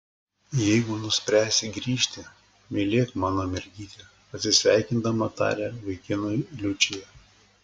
jeigu nuspręsi grįžti mylėk mano mergytę atsisveikindama taria vaikinui liučija